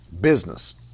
business